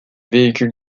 véhicules